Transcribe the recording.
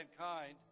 mankind